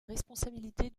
responsabilité